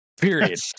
Period